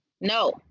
No